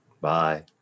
Bye